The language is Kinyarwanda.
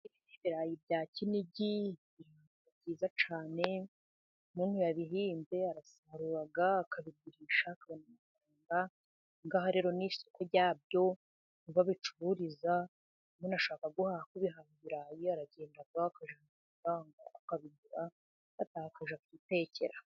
Ibirayi bya Kinigi ni byiza cyane, iyo umuntu yabihinze arasarura akabigurisha akabona amafaranga, aha ngaha rero ni isoko ryabyo ni ho babicururiza, iyo umuntu ashaka guhaha ibirayi aragenda akajya guhaha, agataha akajya kwitekera.